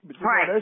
Right